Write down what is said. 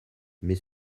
mais